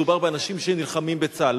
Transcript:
מדובר באנשים שנלחמים בצה"ל,